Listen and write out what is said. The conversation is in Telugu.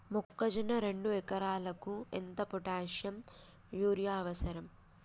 మొక్కజొన్న రెండు ఎకరాలకు ఎంత పొటాషియం యూరియా అవసరం?